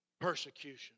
persecution